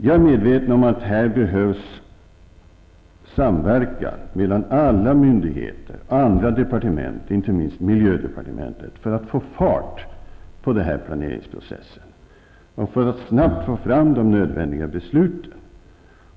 Jag är medveten om att det behövs samverkan mellan alla myndigheter och departement, inte minst miljödepartementet, för att få fart på planeringsprocessen och för att snabbt få fram de nödvändiga besluten.